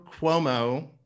Cuomo